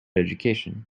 education